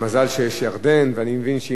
ואני מבין שאם צריכים להביא מירדן,